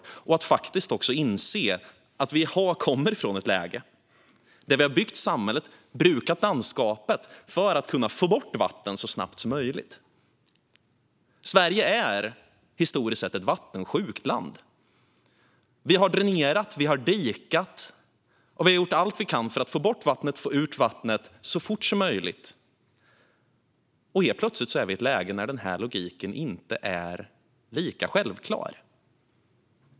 Det handlar också om att faktiskt inse att vi kommer från ett läge där vi har byggt samhället och brukat landskapet för att kunna få bort vatten så snabbt som möjligt. Sverige är historiskt sett ett vattensjukt land. Vi har dränerat. Vi har dikat. Vi har gjort allt vi kan för att få bort vattnet så fort som möjligt. Helt plötsligt är vi i ett läge när den logiken inte är lika självklar.